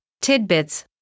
tidbits